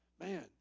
Man